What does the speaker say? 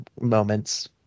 moments